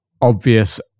obvious